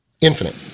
infinite